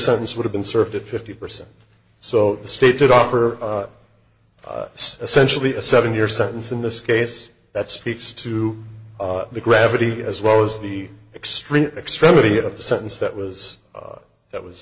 sentence would have been served to fifty percent so the state did offer essentially a seven year sentence in this case that speaks to the gravity as well as the extreme extremity of the sentence that was that was